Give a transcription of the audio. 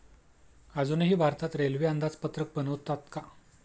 अजूनही भारतात रेल्वे अंदाजपत्रक बनवतात का?